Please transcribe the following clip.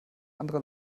anderer